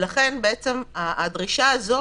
ולכן הדרישה הזו